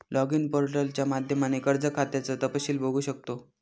login पोर्टलच्या माध्यमाने कर्ज खात्याचं तपशील बघू शकतो